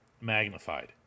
magnified